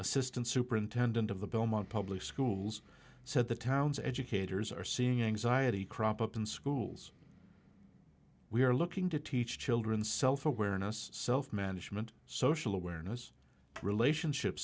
assistant superintendent of the belmont public schools said the town's educators are seeing anxiety crop up in schools we are looking to teach children self awareness self management social awareness relationship